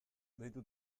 deitu